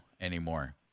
anymore